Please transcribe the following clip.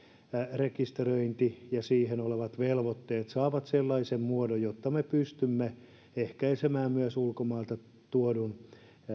rekisteröinti ja siinä olevat velvoitteet saavat sellaisen muodon että me pystymme ehkäisemään myös sellaisen ulkomailta tuodun